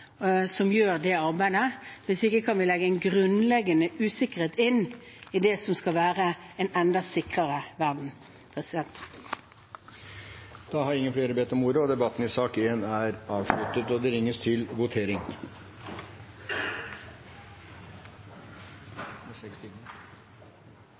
det arbeidet. Hvis ikke kan vi legge en grunnleggende usikkerhet inn i det som skal være en enda sikrere verden. Flere har ikke bedt om ordet til sak nr. 1. Da er Stortinget klar til å gå til votering